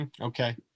Okay